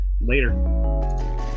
later